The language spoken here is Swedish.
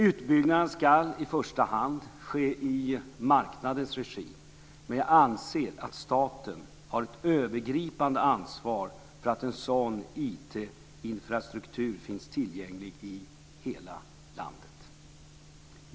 Utbyggnaden ska i första hand ske i marknadens regi, men jag anser att staten har ett övergripande ansvar för att en sådan IT-infrastruktur finns tillgänglig i hela landet.